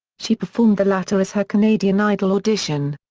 she performed the latter as her canadian idol audition.